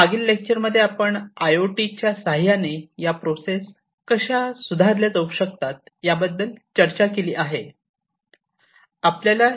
मागील लेक्चर मध्ये आयओटीच्या सहाय्याने या प्रोसेस कशा सुधारल्या जाऊ शकतात याबद्दल चर्चा केली आहे